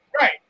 right